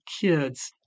kids